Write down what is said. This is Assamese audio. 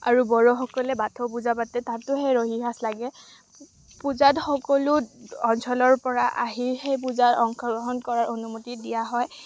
আৰু বড়ো সকলে বাথৌ পূজা পাতে তাতো সেই ৰহি হাজ লাগে পূজাত সকলো অঞ্চলৰ পৰা আহি সেই পূজা অংশগ্ৰহণ কৰাৰ অনুমতি দিয়া হয়